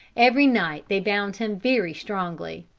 every night they bound him very strongly.